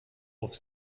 auf